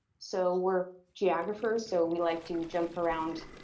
so we're geographers so we like to jump around